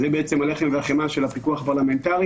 זה בעצם הלחם והחמאה של הפיקוח הפרלמנטרי.